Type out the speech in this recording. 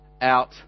out